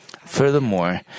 Furthermore